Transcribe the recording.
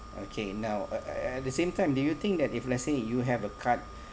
okay now uh uh at the same time do you think that if let's say you have card